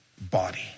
body